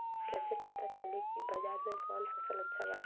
कैसे पता चली की बाजार में कवन फसल अच्छा बा?